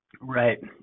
Right